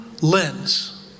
lens